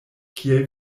kiel